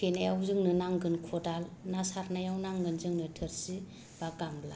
थेनायाव जोंनो नांगोन खदाल ना सारनायाव नांगोन जोंनो थोरसि बा गामला